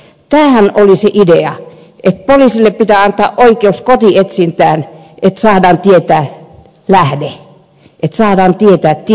tämähän oli se idea että poliisille pitää antaa oikeus kotietsintään että saadaan tietää lähde että saadaan tietää tietovuotaja